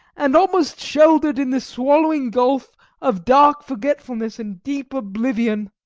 and almost shoulder'd in the swallowing gulf of dark forgetfulness and deep oblivion.